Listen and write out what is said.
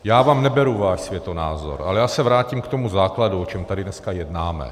Já vám neberu váš světonázor, ale já se vrátím k tomu základu, o čem tady dneska jednáme.